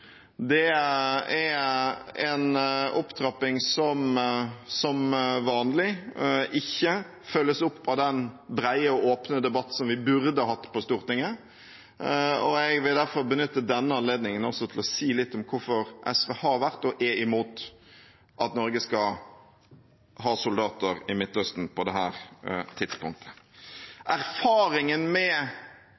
Det er en opptrapping som, som vanlig, ikke følges opp av den brede og åpne debatt som vi burde ha hatt på Stortinget, og jeg vil derfor benytte denne anledningen også til å si litt om hvorfor SV har vært og er imot at Norge skal ha soldater i Midtøsten på dette tidspunktet. Erfaringen med de krigene Norge har deltatt i, enten det